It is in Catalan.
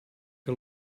que